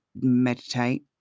meditate